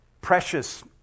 precious